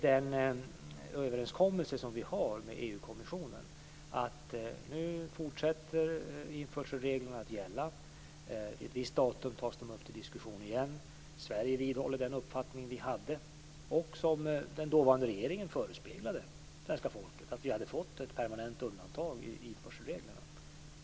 Den överenskommelse vi har med EU-kommissionen är att införselreglerna fortsätter att gälla. Vid ett visst datum tas de på nytt upp till diskussion. Sverige vidhåller den uppfattning vi hade och som den dåvarande regeringen förespeglade svenska folket, att vi hade fått ett permanent undantag i införselreglerna.